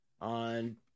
On